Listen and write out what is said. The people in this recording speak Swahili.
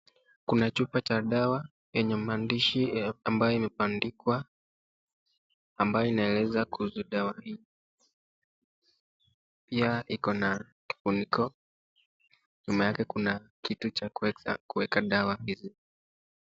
Kuna chupa cha dawa yenye maandishi ambayo imebandikwa, ambayo inaeleza kuhusu dawa hii. Pia iko na kifuniko. Nyuma yake kuna kitu cha kuweka dawa hizi.